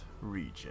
region